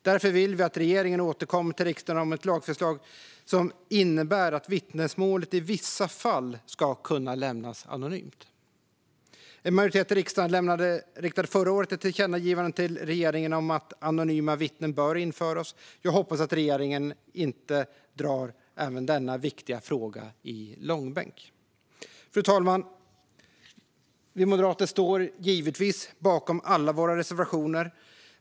Därför vill vi att regeringen återkommer till riksdagen med ett lagförslag som innebär att vittnesmålet i vissa fall ska kunna lämnas anonymt. En majoritet i riksdagen riktade förra året ett tillkännagivande till regeringen om att anonyma vittnen bör införas. Jag hoppas att regeringen inte drar även denna viktiga fråga i långbänk. Fru talman! Vi moderater står givetvis bakom alla våra reservationer.